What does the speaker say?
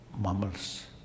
mammals